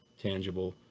tangible,